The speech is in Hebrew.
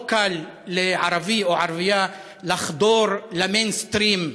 לא קל לערבי או ערבייה לחדור למיינסטרים.